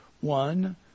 one